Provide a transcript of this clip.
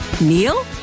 neil